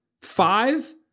Five